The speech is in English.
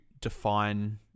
define